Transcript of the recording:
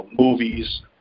movies